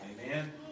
Amen